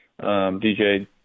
DJ